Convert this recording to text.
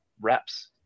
reps